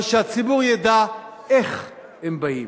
אבל שהציבור ידע איך הם באים.